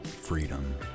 freedom